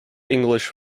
english